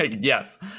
yes